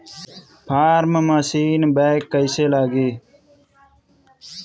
Form machine bank कईसे लागी?